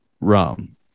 rum